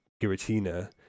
Giratina